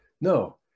No